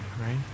right